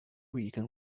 reagan